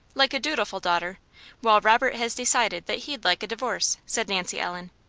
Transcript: like a dutiful daughter while robert has decided that he'd like a divorce, said nancy ellen.